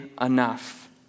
enough